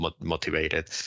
motivated